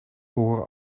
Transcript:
behoren